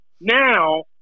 Now